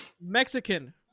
Mexican